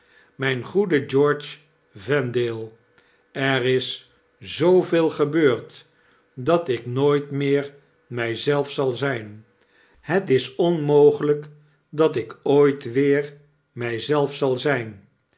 mp goede george vendale er is zooveel gebeurd dat ik nooit meer my zelf zal zp het is onmogeljjk dat ik ooit weer mij zelf zal zp